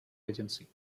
agency